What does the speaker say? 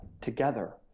together